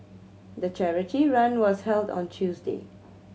the charity run was held on Tuesday